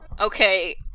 Okay